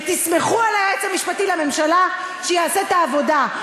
ותסמכו על היועץ המשפטי לממשלה שיעשה את העבודה.